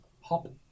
hop